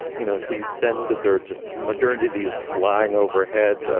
you know, so you sense that there are just modernity is flying overhead.